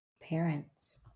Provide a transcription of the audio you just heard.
parents